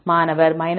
மாணவர் 4